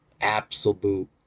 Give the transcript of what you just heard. absolute